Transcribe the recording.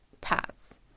paths